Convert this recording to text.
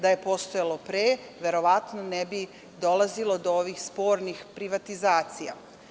Da je postojalo pre, verovatno ne bi dolazilo do ovih spornih privatizacija.